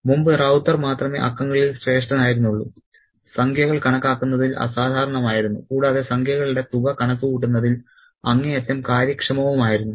മുമ്പ് റൌത്തർ മാത്രമേ അക്കങ്ങളിൽ ശ്രേഷ്ഠനായിരുന്നുള്ളൂ സംഖ്യകൾ കണക്കാക്കുന്നതിൽ അസാധാരണമായിരുന്നു കൂടാതെ സംഖ്യകളുടെ തുക കണക്കുകൂട്ടുന്നതിൽ അങ്ങേയറ്റം കാര്യക്ഷമവുമായിരുന്നു